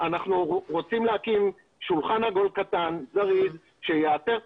אנחנו רוצים להקים שולחן עגול קטן וזריז שיאתר את